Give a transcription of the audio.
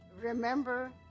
remember